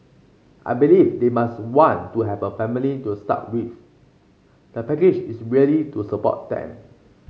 I believe they must want to have a family to start with the package is really to support them